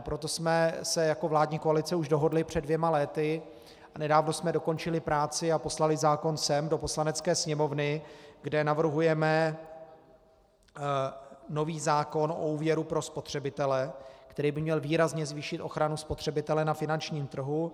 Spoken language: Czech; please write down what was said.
Proto jsme se jako vládní koalice dohodli už před dvěma lety a nedávno jsme dokončili práci a poslali zákon sem do Poslanecké sněmovny, kde navrhujeme nový zákon o úvěru pro spotřebitele, který by měl výrazně zvýšit ochranu spotřebitele na finančním trhu.